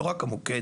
לא רק המוקד,